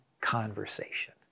conversation